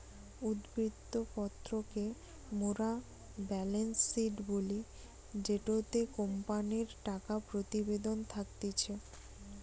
উদ্ধৃত্ত পত্র কে মোরা বেলেন্স শিট বলি জেটোতে কোম্পানির টাকা প্রতিবেদন থাকতিছে